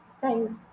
Thanks